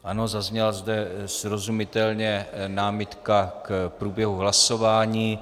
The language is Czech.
Ano, zazněla zde srozumitelně námitka k průběhu hlasování.